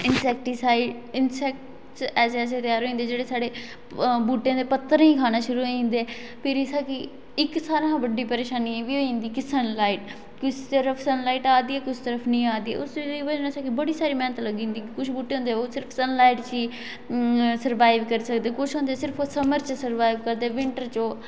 insecticide insect ऐसे ऐसे त्यार होई जंदे जेहडे़ साढ़े बूहटे दे पत्तर बी खाना शुरु होई जंदे फिर इक सारे कोला बड्डी परेशानी ऐ बी होई जंदी कि सन लाइट कुसै उप्पर सन लाइट आरदी ते कुसै उपर सनलाइट नेईं आरदी ओहदे च बी ना बडी़ सारी मैहनत ल्गगी जंदी कुछ बूहटे होंदे ओह् सिर्फ सनलाइट च गै सरवाइव करी सकदे कुछ होंदे ओह् समर च सरवाइव करदे बिंटर च ओह्